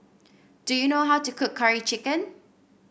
do you know how to cook Curry Chicken